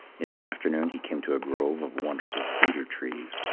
in the afternoon he came to a grove of wonderful cedar trees.